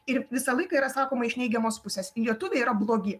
ir visą laiką yra sakoma iš neigiamos pusės lietuviai yra blogi